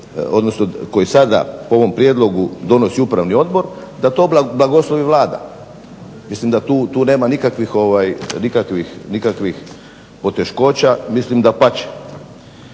odnosno koji sada po ovom prijedlogu donosi upravni odbor, da to blagoslovi Vlada. Mislim da tu nema nikakvih poteškoća, mislim dapače.